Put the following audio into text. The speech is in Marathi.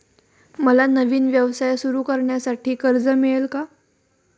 मला नवीन व्यवसाय सुरू करण्यासाठी कर्ज मिळेल का?